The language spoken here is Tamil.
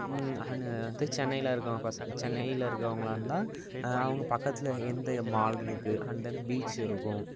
அண்டு வந்து சென்னையில் இருக்கவங்கள் பசங்கள் சென்னையில் இருக்கவங்களாக இருந்தால் அவங்க பக்கத்தில் எந்த மால் இருக்குது அண்ட் தென் பீச் இருக்கும்